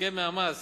יזוכה מהמס